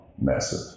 massive